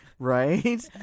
Right